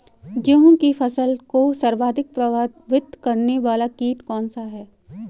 गेहूँ की फसल को सर्वाधिक प्रभावित करने वाला कीट कौनसा है?